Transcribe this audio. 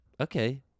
okay